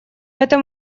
этом